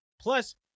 Plus